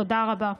תודה רבה.